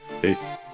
Peace